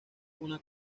una